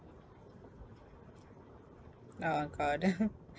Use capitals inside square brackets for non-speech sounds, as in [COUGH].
oh god [LAUGHS]